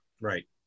Right